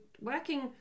working